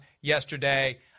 yesterday